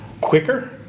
quicker